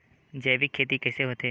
जैविक खेती कइसे होथे?